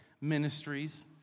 ministries